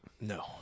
no